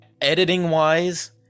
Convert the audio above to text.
editing-wise